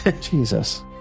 jesus